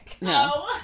no